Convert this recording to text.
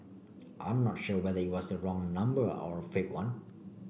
I'm not sure whether it was the wrong number or fake one